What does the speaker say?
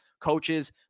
coaches